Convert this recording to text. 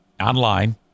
online